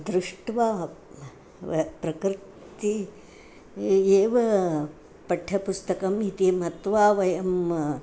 दृष्ट्वा प्रकृतिः एव पाठ्यपुस्तकम् इति मत्वा वयम्